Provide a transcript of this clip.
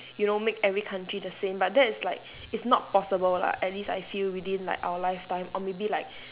you know make every country the same but that is like it's not possible lah at least I feel within like our lifetime or maybe like